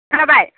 खोनाबाय